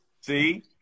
See